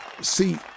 See